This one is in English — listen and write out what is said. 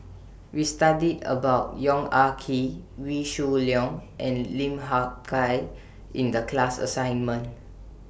We studied about Yong Ah Kee Wee Shoo Leong and Lim Hak Tai in The class assignment